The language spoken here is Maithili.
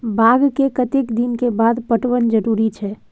बाग के कतेक दिन के बाद पटवन जरूरी छै?